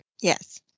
Yes